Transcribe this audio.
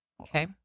Okay